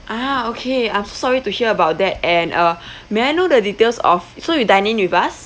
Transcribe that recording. ah okay I'm so sorry to hear about that and uh may I know the details of so you dine in with us